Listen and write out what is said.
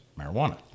marijuana